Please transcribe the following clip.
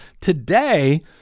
Today